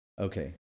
Okay